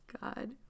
god